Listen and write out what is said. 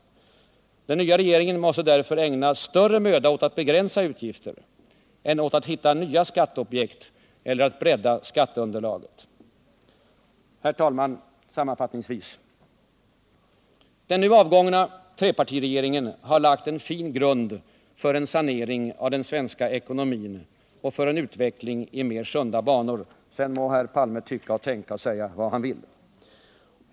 Den nya regeringen måste därför ägna större möda åt att begränsa utgifter än åt att hitta nya skatteobjekt eller att bredda skatteunderlaget. Herr talman! Sammanfattningsvis: Den nu avgångna trepartiregeringen har lagt grunden för en sanering av den svenska ekonomin och för en utveckling i mer sunda banor — sedan må herr Palme tycka och tänka och säga vad han vill.